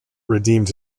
redeemed